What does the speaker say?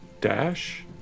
dash